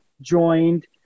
joined